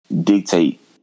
dictate